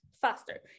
faster